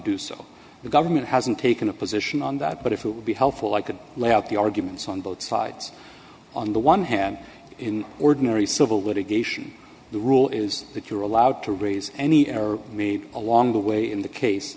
do so the government hasn't taken a position on that but if it would be helpful i could lay out the arguments on both sides on the one hand in narry civil litigation the rule is that you're allowed to raise any error made along the way in the case